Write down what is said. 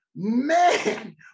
Man